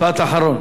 משפט אחרון.